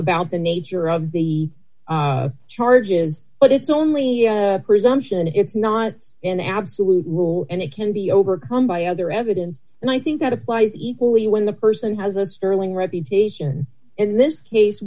about the nature of the charges but it's only a presumption it's not an absolute rule and it can be overcome by other evidence and i think that applies equally when the person has a sterling reputation in this case